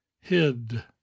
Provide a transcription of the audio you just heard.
hid